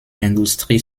industrie